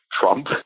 Trump